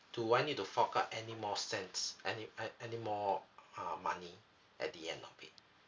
do I need to fork out anymore cents any an~ anymore uh money at the end of it